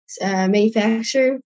manufacturer